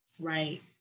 Right